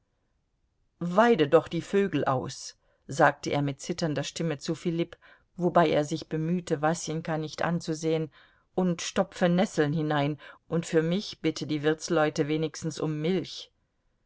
weide doch die vögel aus sagte er mit zitternder stimme zu filipp wobei er sich bemühte wasenka nicht anzusehen und stopfe nesseln hinein und für mich bitte die wirtsleute wenigstens um milch